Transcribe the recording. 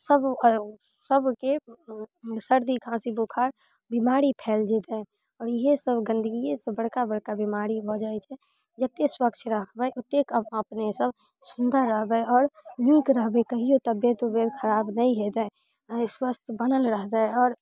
सब सबके सर्दी खाँसी बोखार बीमारी फैल जइतै आओर इहे सब गन्दगिये सँ बड़का बड़का बीमारी भऽ जाइ छै जते स्वच्छ राखबै ओतेक अपने सब सुन्दर रहबै आओर नीक रहबै कहियो तबियत उबियत खराब नहि हेतै स्वस्थ बनल रहतै आओर